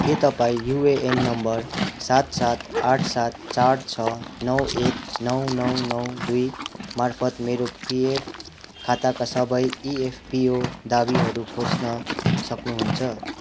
के तपाईँँ UAN number सात सात आठ सात चार छ नौ एक नौ नौ नौ दुई मार्फत मेरो पिएफ खाताका सबै इएफपिओ दावीहरू खोज्न सक्नु हुन्छ